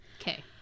okay